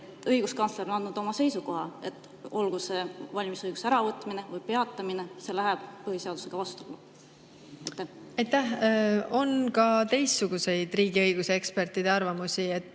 õiguskantsler on andnud oma seisukoha, et olgu see valimisõiguse äravõtmine või peatamine, see läheb põhiseadusega vastuollu. Aitäh! On ka teistsuguseid riigiõiguse ekspertide arvamusi.